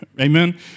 Amen